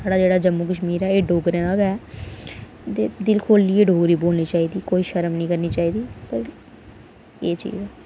साढ़ा जेह्ड़ा जम्मू कशमीर ऐ एह् डोगरें दा गै ते दिल खोह्ल्लियै डोगरी बोलनी चाहिदी कोई शर्म निं करनी चाहिदी ते एह् चीज़ ऐ